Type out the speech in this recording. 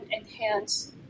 enhance